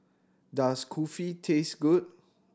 does Kulfi taste good